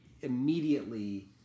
immediately